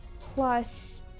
plus